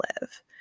live